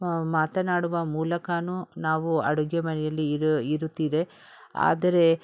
ಮಾತನಾಡುವ ಮೂಲಕವೂ ನಾವು ಅಡುಗೆ ಮನೆಯಲ್ಲಿ ಇರು ಇರುತ್ತೀರಿ ಆದರೆ